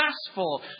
successful